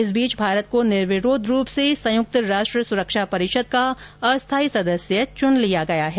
इस बीच भारत को निर्विरोध रूप से संयुक्त राष्ट सुरक्षा परिषद का अस्थायी सदस्य चुन लिया गया है